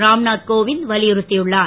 ராம்நாத் கோவிந்த் வலியுறுத்தியுள்ளார்